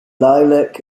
lilac